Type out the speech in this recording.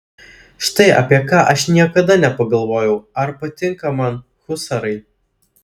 štai apie ką aš niekada nepagalvojau ar patinka man husarai